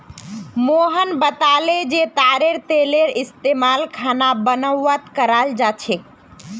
मोहन बताले जे तारेर तेलेर पइस्तमाल खाना बनव्वात कराल जा छेक